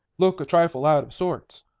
look a trifle out of sorts.